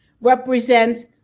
represents